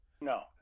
No